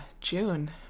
June